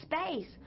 space